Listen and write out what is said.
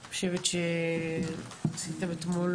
אני חושבת שעשיתם אתמול